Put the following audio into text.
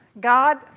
God